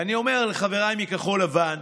ואני אומר לחבריי מכחול לבן: